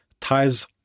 ties